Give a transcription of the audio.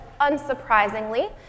unsurprisingly